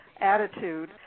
attitude